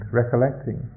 recollecting